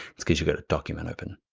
it's cuz you've got a document open.